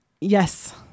yes